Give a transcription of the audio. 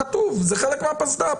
כתוב, זה חלק מהפסד"פ.